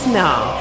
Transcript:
now